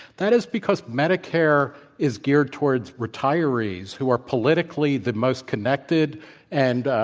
that is because medicare is geared towards retirees who are politically the most connected and,